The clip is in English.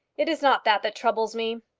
it is not that that troubles me.